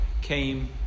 came